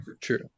True